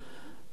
אדוני היושב-ראש,